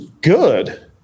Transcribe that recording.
good